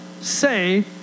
say